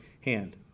hand